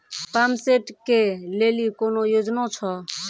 Pump set केलेली कोनो योजना छ?